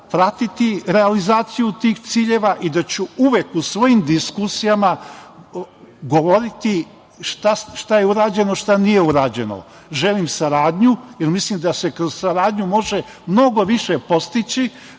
pratiti realizaciju tih ciljeva i da ću uvek u svojim diskusijama govoriti šta je urađeno, šta nije urađeno. Želim saradnju, jer mislim da se kroz saradnju može mnogo više postići,